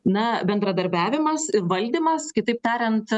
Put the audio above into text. na bendradarbiavimas valdymas kitaip tariant